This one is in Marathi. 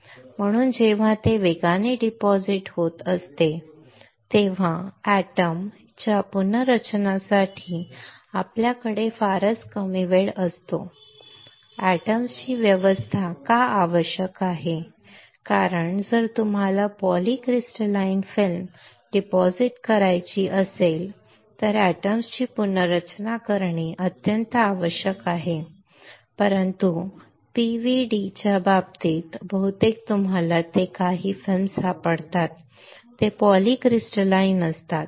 म्हणून जेव्हा ते वेगाने डिपॉझिट होत असते तेव्हा एटम च्या पुनर्रचनासाठी आपल्याकडे फारच कमी वेळ असतो एटम ची व्यवस्था का आवश्यक आहे कारण जर तुम्हाला पॉलीक्रिस्टलाइन फिल्म डिपॉझिट करायची असेल तर एटम ची पुनर्रचना करणे अत्यंत महत्वाचे आहे परंतु पीव्हीडीच्या बाबतीत बहुतेक तुम्हाला जे काही चित्रपट सापडतात ते पॉलीक्रिस्टलाइन नसतात